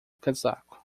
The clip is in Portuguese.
casaco